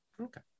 Okay